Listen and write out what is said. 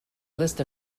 list